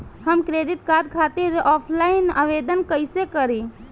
हम credit card खातिर offline आवेदन कइसे करि?